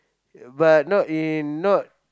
but not in not